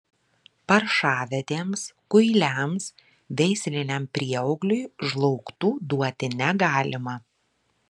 paršavedėms kuiliams veisliniam prieaugliui žlaugtų duoti negalima